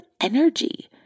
energy